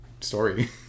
Story